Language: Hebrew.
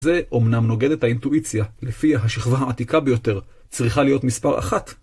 זה אומנם נוגד את האינטואיציה. לפי השכבה העתיקה ביותר, צריכה להיות מספר אחת.